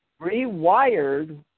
rewired